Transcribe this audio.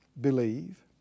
believe